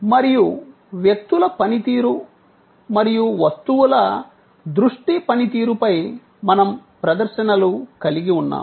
మరియు వ్యక్తుల పనితీరు మరియు వస్తువుల దృష్టి పనితీరుపై మనం ప్రదర్శనలు కలిగి ఉన్నాము